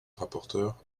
rapporteur